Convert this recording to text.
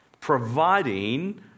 providing